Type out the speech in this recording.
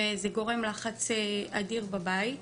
זה גורם ללחץ אדיר בבית.